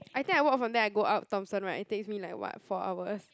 I think I walk from there I go up Thomson [right] it takes me like what four hours